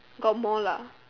got mall ah